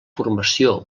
formació